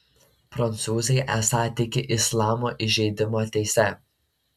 prancūzai esą tiki islamo įžeidimo teise